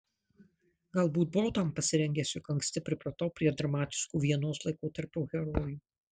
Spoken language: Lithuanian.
galbūt buvau tam pasirengęs juk anksti pripratau prie dramatiškų vienos laikotarpio herojų